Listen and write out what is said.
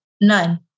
none